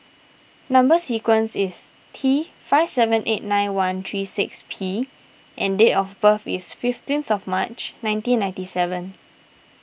Number Sequence is T five seven eight nine one three six P and date of birth is fifteenth of March nineteen ninety seven